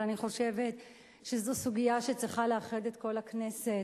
אבל אני חושבת שזו סוגיה שצריכה לאחד את כל הכנסת,